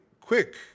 quick